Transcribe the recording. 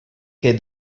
que